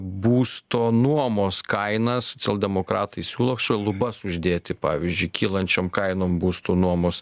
būsto nuomos kainas socialdemokratai siūlo lubas uždėti pavyzdžiui kylančiom kainom būstų nuomos